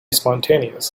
spontaneous